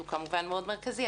שהוא כמובן מאוד מרכזי,